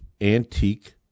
antique